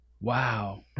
wow